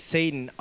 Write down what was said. Satan